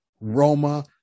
Roma